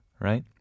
right